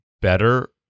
better